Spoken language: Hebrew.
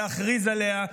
להכריז עליה,